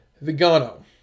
Vigano